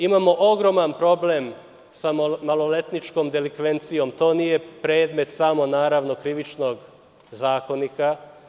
Imamo ogroman problem sa maloletničkom delikvencijom, to naravno nije predmet samo Krivičnog zakonika.